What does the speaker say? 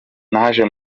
naje